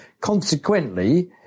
Consequently